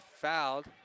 fouled